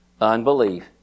Unbelief